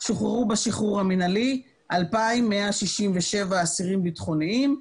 שוחררו בשחרור המינהלי 2,167 אסירים ביטחוניים,